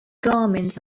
garments